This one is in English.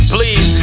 Please